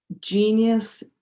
genius